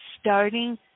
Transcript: starting